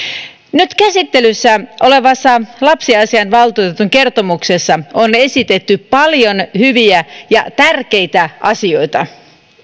nyt käsittelyssä olevassa lapsiasiainvaltuutetun kertomuksessa on esitetty paljon hyviä ja tärkeitä asioita